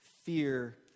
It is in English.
fear